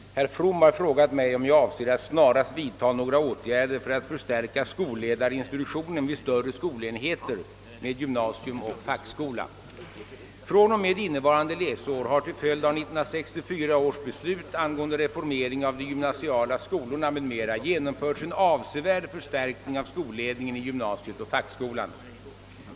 Herr talman! Herr From har frågat mig, om jag avser att snarast vidta några åtgärder för att förstärka skolledarinstitutionen vid större skolenheter med gymnasium och fackskola. fr.o.m. innevarande läsår har till följd av 1964 års beslut angående reformering av de gymnasiala skolorna m.m. genomförts en avsevärd förstärkning av skolledningen i gymnasiet och fackskolan.